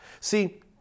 See